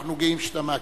אנחנו גאים שאתה מהכנסת.